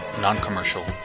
Non-Commercial